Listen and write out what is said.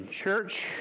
church